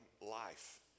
life